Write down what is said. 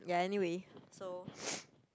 ya anyway so